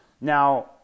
Now